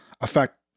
affect